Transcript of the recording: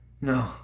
No